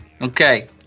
Okay